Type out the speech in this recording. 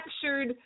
captured